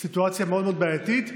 סיטואציה מאוד בעייתית.